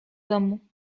domu